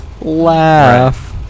laugh